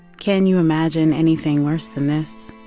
can you imagine anything worse than this?